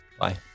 Bye